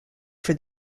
for